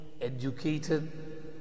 educated